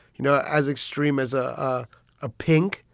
you know, as extreme as a ah ah pink,